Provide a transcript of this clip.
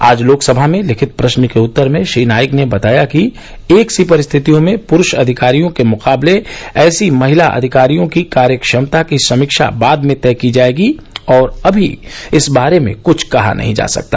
आज लोकसभा में लिखित प्रश्न के उत्तर में श्री नाइक ने बताया कि एक सी परिस्थितियों में पुरूष अधिकारियों के मुकाबले ऐसी महिला अधिकारियों की कार्यक्षमता की समीक्षा बाद में तय की जायेगी और अभी इस बारे में कुछ कहा नहीं जा सकता